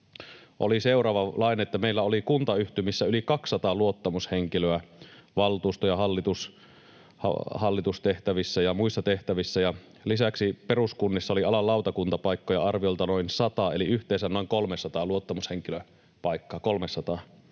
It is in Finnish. oli seuraavanlainen: meillä oli kuntayhtymissä yli 200 luottamushenkilöä valtuusto- ja hallitustehtävissä ja muissa tehtävissä, ja lisäksi peruskunnissa oli alan lautakuntapaikkoja arviolta noin 100, eli yhteensä noin 300 luottamushenkilöpaikkaa